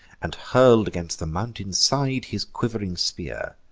and hurl'd against the mountain side his quiv'ring spear,